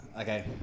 okay